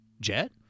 Jet